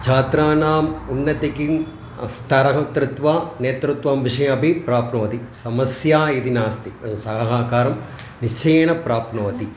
छात्राणाम् उन्नतिं किं स्तरः कृत्वा नेतृत्वं विषये अपि प्राप्नोति समस्या इति नास्ति सहकारं निश्चयेन प्राप्नोति